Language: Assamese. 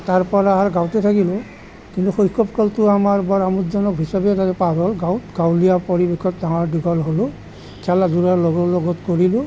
তাৰ পৰা আৰু গাঁৱতে থাকিলোঁ কিন্তু শৈশৱ কালতো আমাৰ বৰ আমোদজনক হিচাপে পাৰ হ'ল গাঁৱত গাঁৱলীয়া পৰিৱেশত ডাঙৰ দীঘল হ'লোঁ খেলা ধূলা লগৰ লগত কৰিলোঁ